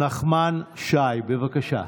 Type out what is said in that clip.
נחמן שי, בבקשה.